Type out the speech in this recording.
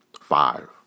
five